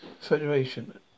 Federation